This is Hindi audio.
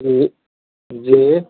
जी जी